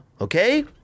okay